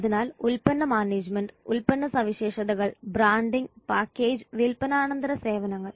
അതിനാൽ ഉൽപ്പന്ന മാനേജുമെന്റ് ഉൽപ്പന്ന സവിശേഷതകൾ ബ്രാൻഡിംഗ് പാക്കേജിംഗ് വിൽപ്പനാനന്തര സേവനങ്ങൾ